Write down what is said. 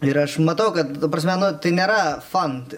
ir aš matau kad ta prasme nu tai nėra fan